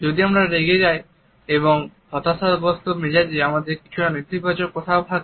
যদি আমরা রেগে যাই এবং হতাশাগ্রস্ত মেজাজে আমাদের কিছু নেতিবাচক কথা থাকে